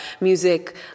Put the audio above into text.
music